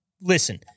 listen